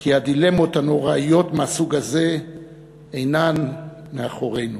כי הדילמות הנוראיות מהסוג הזה אינן מאחורינו.